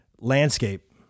landscape